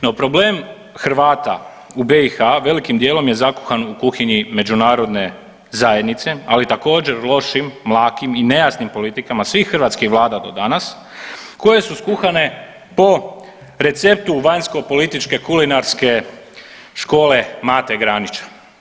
No problem Hrvata u BiH velikim dijelom je zakuhan u kuhinji međunarodne zajednice, ali također lošim, mlakim i nejasnim politikama svih hrvatskh vlada do danas koje su skuhane po receptu vanjskopolitičke kulinarske škole Mate Granića.